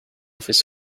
office